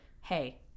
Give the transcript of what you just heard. hey